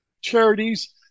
charities